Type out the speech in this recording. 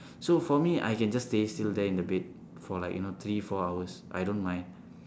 so for me I can just stay still there in the bed for like you know three four hours I don't mind